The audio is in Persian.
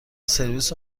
سرویس